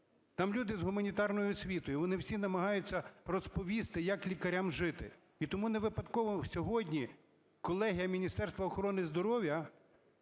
Там люди з гуманітарною освітою, вони всі намагаються розповісти, як лікарям жити. І тому невипадково сьогодні, колеги, Міністерство охорони здоров'я